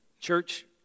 church